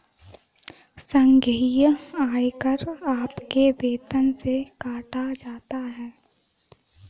संघीय आयकर आपके वेतन से काटा जाता हैं